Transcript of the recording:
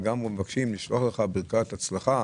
הם גם מבקשים לשלוח לך ברכת הצלחה.